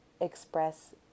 express